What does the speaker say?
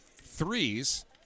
threes